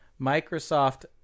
microsoft